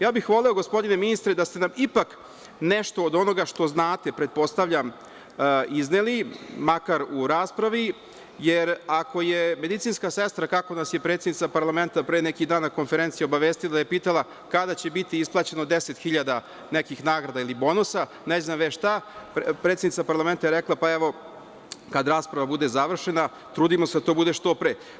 Ja bih voleo, gospodine ministre da ste nam ipak nešto od onoga što znate, pretpostavljam, izneli, makar u raspravi, jer ako je medicinska sestra, kako nas je predsednica parlamenta pre neki dan na konferenciji obavestila, pitala - kada će biti isplaćeno 10 hiljada nekih nagrada ili bonusa, ne znam već šta, predsednica parlamenta je rekla – pa evo, kada rasprava bude završena, trudimo se da to bude što pre.